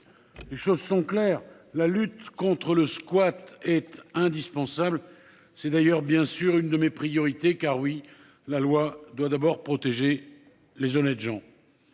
Les choses sont claires, la lutte contre le squat est indispensable. C'est d'ailleurs bien sûr, une de mes priorités car, oui, la loi doit d'abord protéger les honnêtes gens.